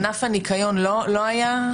ענף הניקיון לא היה?